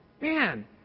Man